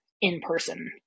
in-person